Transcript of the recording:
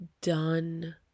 done